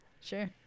Sure